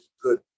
good